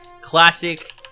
classic